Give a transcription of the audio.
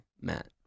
Matt